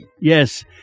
Yes